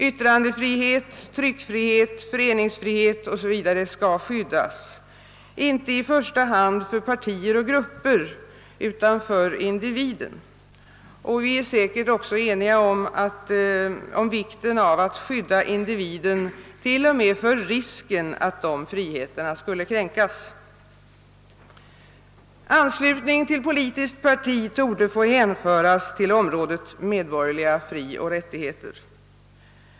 Yttrandefrihet, tryckfrihet, föreningsfrihet o.s.v. skall skyddas, inte i första hand för partier och grupper utan för individen. Vi är säkert också eniga om vikten av att skydda individen t.o.m. för risken att dessa friheter skulle kränkas. Anslutningen till politiskt parti torde få hänföras till området medborgerliga frioch rättigheter.